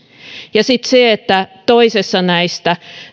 ja sitten se että toisessa näistä